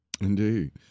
Indeed